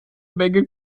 menge